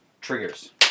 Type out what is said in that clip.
Triggers